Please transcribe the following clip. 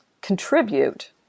contribute